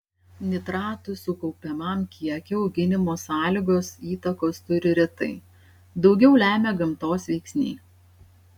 nitratų sukaupiamam kiekiui auginimo sąlygos įtakos turi retai daugiau lemia gamtos veiksniai